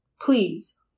Please